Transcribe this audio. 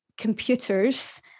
computers